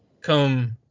come